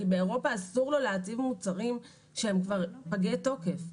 כי באירופה אסור לו להחזיק מוצרים שהם כבר פגי תוקף.